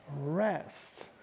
rest